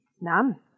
None